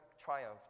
triumphed